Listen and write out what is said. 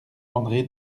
andré